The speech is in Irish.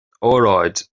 óráid